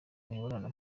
imibonano